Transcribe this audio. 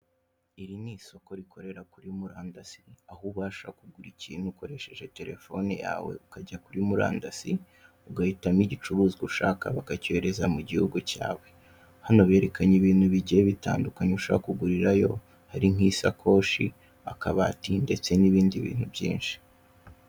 Iri ni isoko rikorera kuri Murandasi, aho ubasha kugura ikintu ukoresheje Telefoni yawe ukajya kuri Murandasi, ugahitamo igicuruzwa ushaka bakacyohereza mu gihugu cyawe, hano berekanye ibintu bigiye bitandukanye ushobora kugurirayo ari nk'isakoshi, akabati ndetse n'ibindi bintu byinshi.